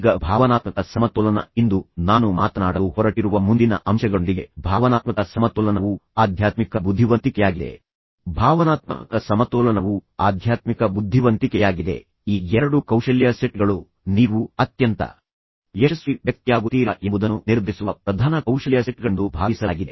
ಈಗ ಭಾವನಾತ್ಮಕ ಸಮತೋಲನ ಇಂದು ನಾನು ಮಾತನಾಡಲು ಹೊರಟಿರುವ ಮುಂದಿನ ಅಂಶಗಳೊಂದಿಗೆ ಭಾವನಾತ್ಮಕ ಸಮತೋಲನವು ಆಧ್ಯಾತ್ಮಿಕ ಬುದ್ಧಿವಂತಿಕೆಯಾಗಿದೆ ಈ ಎರಡು ಕೌಶಲ್ಯ ಸೆಟ್ಗಳು ನೀವು ಅತ್ಯಂತ ಯಶಸ್ವಿ ವ್ಯಕ್ತಿಯಾಗುತ್ತೀರಾ ಎಂಬುದನ್ನು ನಿರ್ಧರಿಸುವ ಪ್ರಧಾನ ಕೌಶಲ್ಯ ಸೆಟ್ಗಳೆಂದು ಭಾವಿಸಲಾಗಿದೆ